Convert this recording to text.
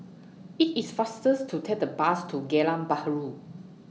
IT IS faster to Take The Bus to Geylang Bahru